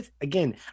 again